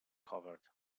covered